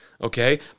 Okay